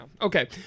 Okay